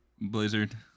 Blizzard